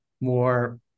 more